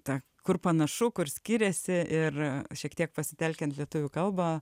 tą kur panašu kur skiriasi ir šiek tiek pasitelkiant lietuvių kalbą